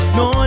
no